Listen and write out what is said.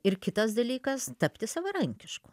ir kitas dalykas tapti savarankišku